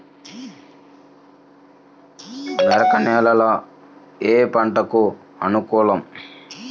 మెరక నేల ఏ పంటకు అనుకూలం?